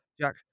Jack